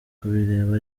kubireba